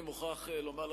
אני מוכרח לומר לכם,